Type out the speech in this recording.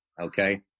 okay